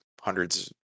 hundreds